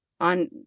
on